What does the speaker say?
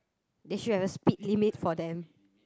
they should have a speed limit for them